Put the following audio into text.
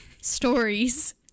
stories